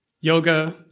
yoga